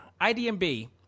IDMB